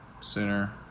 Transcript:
sooner